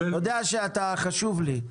אתה חשוב לי,